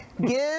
give